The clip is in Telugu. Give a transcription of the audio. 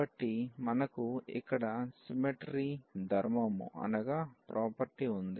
కాబట్టి మనకు ఇక్కడ సిమ్మెట్రీ ధర్మము ఉంది